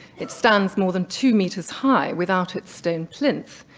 it stands more than two meters high without its stone plinth,